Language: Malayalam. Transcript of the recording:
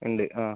ഉണ്ട് ആ